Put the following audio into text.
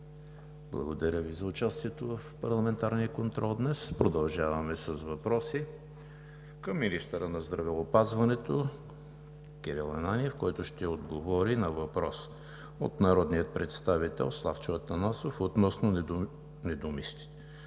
благодаря Ви за участието в парламентарния контрол днес. Продължаваме с въпроси към министъра на здравеопазването Кирил Ананиев, който ще отговори на въпрос от народния представител Славчо Атанасов относно